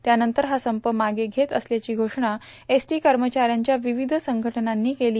त्यानंतर हा संप मागे घेत असल्याची घोषणा एसटी कर्मचाऱ्यांच्या विविध संघटनांनी केली